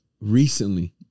recently